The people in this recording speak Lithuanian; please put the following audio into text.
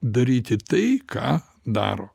daryti tai ką daro